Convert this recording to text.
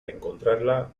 encontrarla